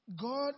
God